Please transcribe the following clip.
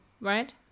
right